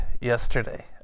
yesterday